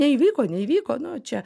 neįvyko neįvyko nu čia